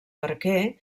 barquer